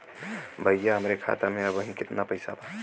भईया हमरे खाता में अबहीं केतना पैसा बा?